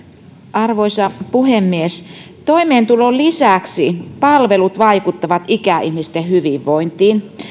arvoisa puhemies toimeentulon lisäksi palvelut vaikuttavat ikäihmisten hyvinvointiin